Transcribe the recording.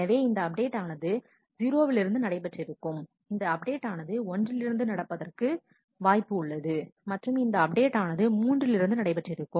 எனவே இந்த அப்டேட் ஆனது 0 விலிருந்து நடைபெற்றிருக்கும் இந்த அப்டேட் ஆனது ஒன்றிலிருந்து நடப்பதற்கு வாய்ப்பு உள்ளது மற்றும் இந்த அப்டேட் ஆனது மூன்றிலிருந்து நடைபெற்றிருக்கும்